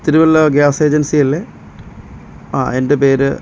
Thiruvalla gas agency അല്ലേ ആ എന്റെ പേര്